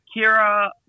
Kira